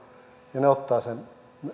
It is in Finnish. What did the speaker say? ja he ottavat sen